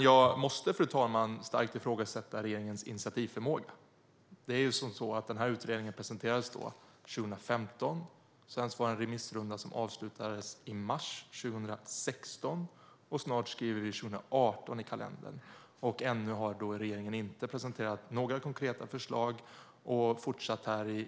Jag måste emellertid starkt ifrågasätta regeringens initiativförmåga. Denna utredning presenterades 2015. Sedan var det en remissrunda som avslutades i mars 2016. Snart är det 2018, men regeringen har ännu inte presenterat några konkreta förslag.